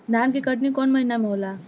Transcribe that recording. धान के कटनी कौन महीना में होला?